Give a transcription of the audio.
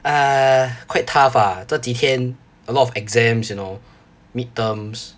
ah quite tough ah 这几天 a lot of exams you know midterms